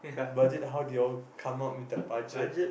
budget how do you all come up with the budget